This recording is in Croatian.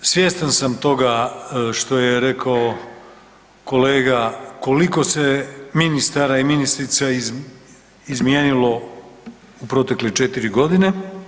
svjestan sam toga što je reko kolega koliko se ministara i ministrica izmijenilo u protekle 4 g.